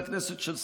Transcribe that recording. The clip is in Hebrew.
חבר הכנסת כהן,